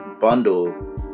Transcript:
bundle